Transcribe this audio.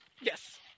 Yes